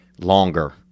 longer